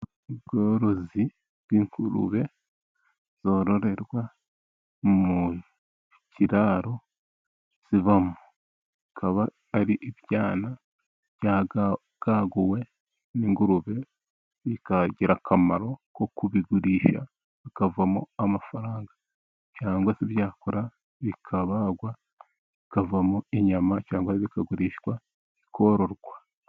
Ubworozi bw'ingurube zororerwa mu kiraro zibamo. Akaba ari ibyana byabwaguwe n'ingurube. Bikagira akamaro ko kubigurisha bikavamo amafaranga. Cyangwa se byakura bikabagwa bikavamo inyama, cyangwa bikagurishwa bikororwa.